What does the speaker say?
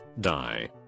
Die